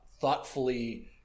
thoughtfully